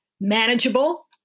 manageable